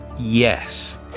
Yes